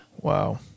Wow